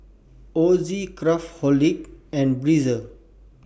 Ozi Craftholic and Breezer